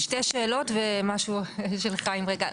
שתי שאלות ומשהו של חיים, רגע.